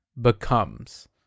becomes